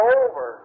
over